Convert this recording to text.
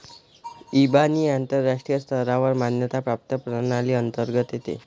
इबानी आंतरराष्ट्रीय स्तरावर मान्यता प्राप्त प्रणाली अंतर्गत येते